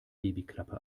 babyklappe